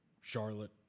Charlotte